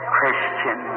Christian